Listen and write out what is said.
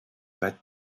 pas